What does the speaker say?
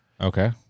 Okay